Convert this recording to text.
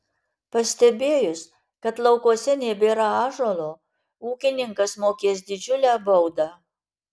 pastebėjus kad laukuose nebėra ąžuolo ūkininkas mokės didžiulę baudą